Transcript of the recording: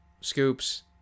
scoops